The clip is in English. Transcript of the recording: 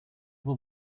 will